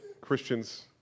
Christians